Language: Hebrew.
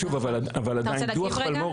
שוב, אבל עדיין, דו"ח פלמו"ר